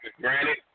granted